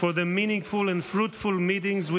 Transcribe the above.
for the meaningful and fruitful meetings we